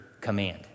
command